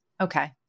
Okay